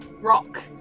Rock